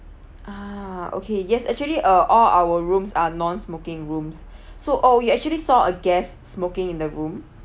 ah okay yes actually uh all our rooms are non smoking rooms so oh you actually saw a guest smoking in the room